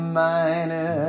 minor